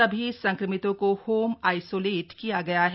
सभी संक्रमितों को होम आइसोलेट किया गया है